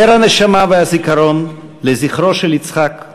נר הנשמה והזיכרון לזכרו של יצחק,